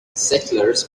settlers